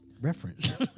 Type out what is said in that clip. reference